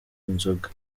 inzoga